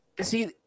see